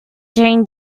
during